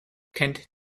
kennt